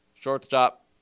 Shortstop